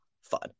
fun